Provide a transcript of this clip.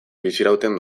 bizirauten